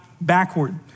backward